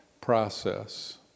process